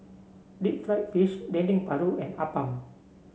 Deep Fried Fish Dendeng Paru and Appam